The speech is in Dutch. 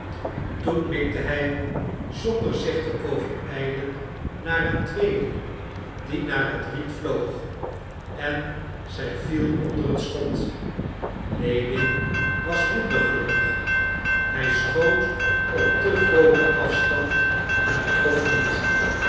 toen mikte hij zonder zich te overijlen naar een tweede die naar het riet vloog en zij viel onder het schot lewin was minder gelukkig hij schoot op te grooten afstand en trof niet